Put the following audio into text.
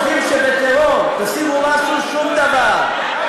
אם אתם חושבים שבטרור תשיגו משהו, שום דבר.